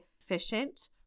efficient